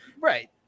right